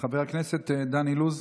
חבר הכנסת דן אילוז,